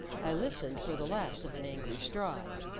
i listened for the last of an angry stride.